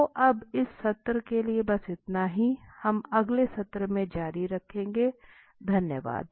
तो अब सत्र के लिए बस इतना ही हम अगले सत्र में जारी रखेंगे धन्यवाद